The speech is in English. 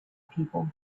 people